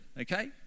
okay